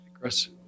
Chris